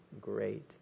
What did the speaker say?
great